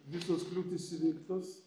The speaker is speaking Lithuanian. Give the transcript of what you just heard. visos kliūtys įveiktos